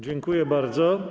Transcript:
Dziękuję bardzo.